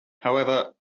however